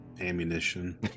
ammunition